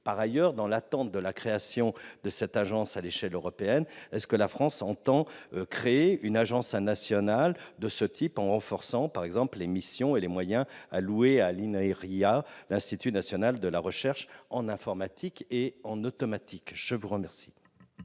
Par ailleurs, dans l'attente de la création de cette agence à l'échelle européenne, la France entend-elle créer une agence nationale de ce type en renforçant, par exemple, les missions et les moyens alloués à l'INRIA, l'Institut national de recherche en informatique et en automatique ? La parole